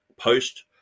post